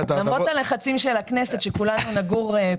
הלחצים של הכנסת שכולנו נגור כאן,